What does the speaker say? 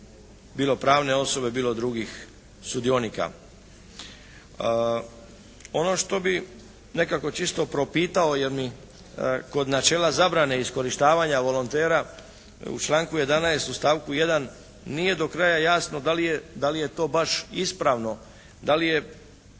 bilo pravne osobe bilo drugih sudionika. Ono što bi nekako čisto propitao jer mi kod načela zabrane iskorištavanja volontera u članku 11. u stavku 1. nije do kraja jasno da li je to baš ispravno, da li je